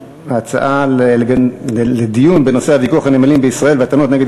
ההצעה בנושא הוויכוח על הנמלים בישראל והטענות נגד